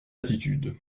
attitude